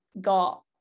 got